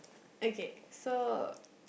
okay so